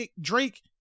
Drake